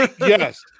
Yes